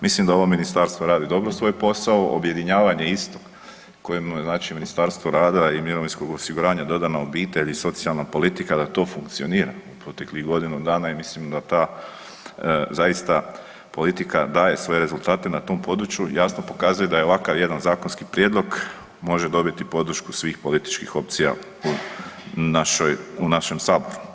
Mislim da ovo ministarstvo radi dobro svoj posao, objedinjavanje istog kojemu je znači Ministarstvo rada i mirovinskog osiguranja dodana obitelj i socijalna politika da to funkcionira u proteklih godinu dana i mislim da ta zaista politika daje svoje rezultate na tom području, jasno pokazuje da ovakav jedan zakonski prijedlog može dobiti podršku svih političkih opcija u našem saboru.